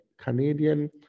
Canadian